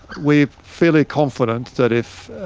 we're fairly confident that if